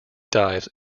dives